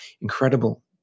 incredible